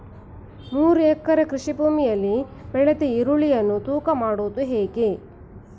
ಮೂರು ಎಕರೆ ಕೃಷಿ ಭೂಮಿಯಲ್ಲಿ ಬೆಳೆದ ಈರುಳ್ಳಿಯನ್ನು ತೂಕ ಮಾಡುವುದು ಹೇಗೆ?